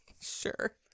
Sure